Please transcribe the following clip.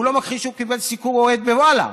והוא לא מכחיש שהוא קיבל סיקור אוהד בוואלה,